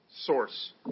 source